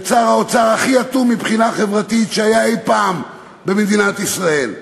את שר האוצר הכי אטום מבחינה חברתית שהיה אי-פעם במדינת ישראל,